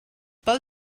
pel